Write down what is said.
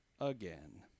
again